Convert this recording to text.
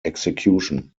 execution